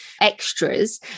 extras